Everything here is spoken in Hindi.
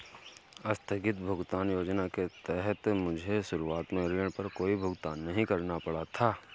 आस्थगित भुगतान योजना के तहत मुझे शुरुआत में ऋण पर कोई भुगतान नहीं करना पड़ा था